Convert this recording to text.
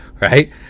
right